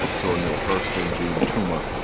zora neale hurston, jean toomer,